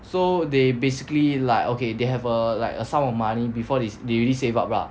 so they basically like okay they have a like a sum of money before they they already save up lah